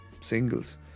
singles